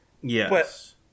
Yes